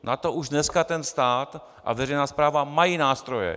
Na to už dneska stát a veřejná správa mají nástroje.